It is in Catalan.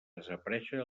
desaparèixer